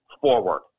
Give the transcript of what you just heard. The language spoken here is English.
forward